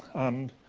and